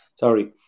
sorry